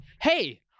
Hey